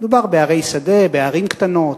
מדובר בערי שדה, ערים קטנות,